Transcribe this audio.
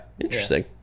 Interesting